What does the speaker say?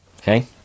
okay